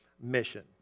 mission